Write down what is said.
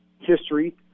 history